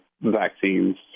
vaccines